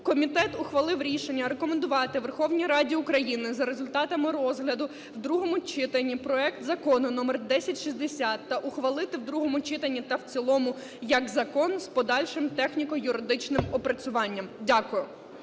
Комітет ухвалив рішення рекомендувати Верховній Раді України за результатами розгляду в другому читанні проект Закону № 1060 та ухвалити в другому читанні та в цілому як закон з подальшим техніко-юридичним опрацюванням. Дякую.